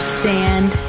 sand